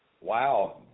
Wow